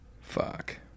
Fuck